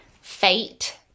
Fate